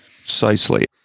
Precisely